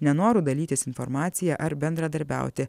nenoru dalytis informacija ar bendradarbiauti